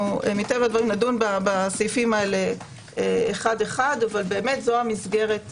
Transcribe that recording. נדון בסעיפים הללו אחד-אחד אך זו המסגרת הכללית.